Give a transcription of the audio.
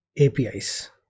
APIs